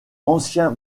ancien